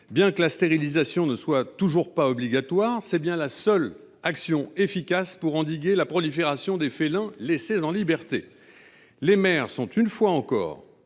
Bien que la stérilisation ne soit toujours pas obligatoire, c’est bien la seule action efficace pour endiguer la prolifération des félins laissés en liberté. Les maires sont, une fois encore,